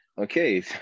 okay